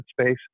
space